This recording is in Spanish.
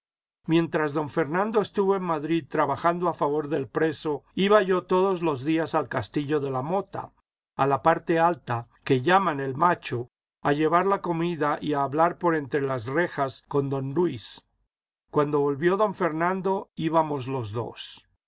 mientras don fernando estuvo en madrid trabajando a favor del preso iba yo todos los días al castillo de la mota a la parte alta que llaman el macho a llevar la comida y a hablar por entre las rejas con don luis cuando volvió don fernando íbamos los dos